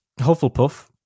Hufflepuff